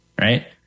right